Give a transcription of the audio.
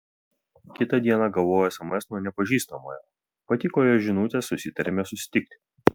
kitą dieną gavau sms nuo nepažįstamojo patiko jo žinutės susitarėme susitikti